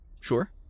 Sure